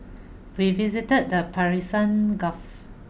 we visited the Persian Gulf